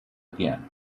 again